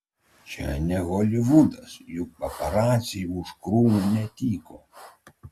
čia ne holivudas juk paparaciai už krūmų netyko